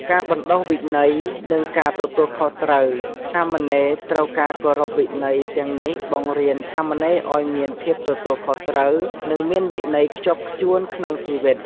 ការបណ្ដុះវិន័យ និងការទទួលខុសត្រូវ សាមណេរត្រូវការគោរពវិន័យទាំងនេះបង្រៀនសាមណេរឱ្យមានភាពទទួលខុសត្រូវ និងមានវិន័យខ្ជាប់ខ្ជួនក្នុងជីវិត។